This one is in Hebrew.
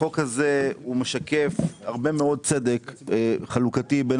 החוק הזה משקף הרבה מאוד צדק חלוקתי בין